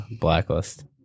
Blacklist